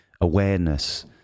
awareness